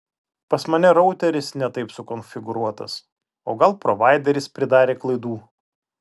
pas mane routeris ne taip sukonfiguruotas o gal provaideris pridarė klaidų